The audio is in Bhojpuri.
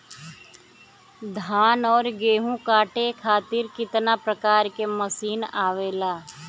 धान और गेहूँ कांटे खातीर कितना प्रकार के मशीन आवेला?